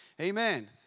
Amen